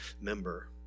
member